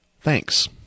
Thanks